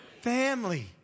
family